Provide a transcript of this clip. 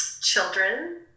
children